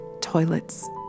toilets